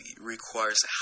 requires